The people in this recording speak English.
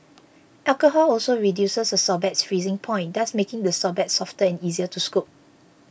alcohol also reduces a sorbet's freezing point thus making the sorbet softer and easier to scoop